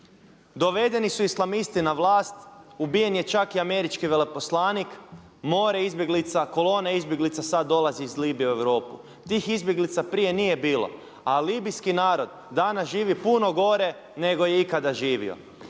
Dovedeni su islamisti na vlast, ubijen je čak i američki veleposlanik, more izbjeglica, kolone izbjeglica sad dolazi iz Libije u Europu. Tih izbjeglica prije nije bilo, a Libijski narod danas živi puno gore nego je ikada živio.